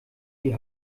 die